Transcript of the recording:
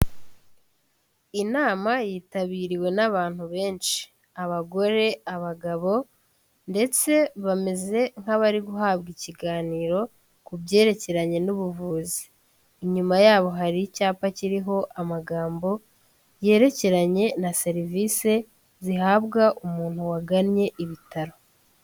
Inama yitabiriwe n'abantu benshi, abagore, abagabo ndetse bameze nk'abari guhabwa ikiganiro ku byerekeranye n'ubuvuzi. Inyuma yabo hari icyapa kiriho amagambo yerekeranye na serivisi zihabwa umuntu wagannye ibitaro.